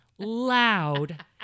loud